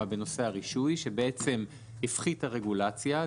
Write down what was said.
בנושא הרישוי שבעצם הפחיתה רגולציה,